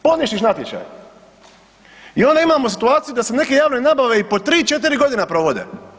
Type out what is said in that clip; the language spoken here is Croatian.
Poništiš natječaj i onda imamo situaciju da se neke javne nabave i po 3, 4 godina provode.